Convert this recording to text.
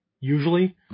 usually